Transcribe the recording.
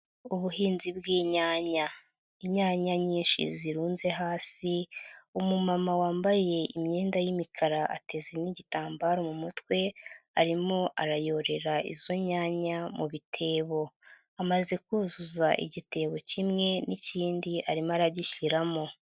Ubuhinzi bw'inyanya, inyanya nyinshi zirunze hasi, umumama wambaye imyenda y'imikara ateze n'igitambaro mu mutwe, arimo arayorera izo nyanya mu bitebo. Amaze kuzuza igitebo kimwe n'ikindi arimo aragishyiramo.